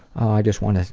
i just want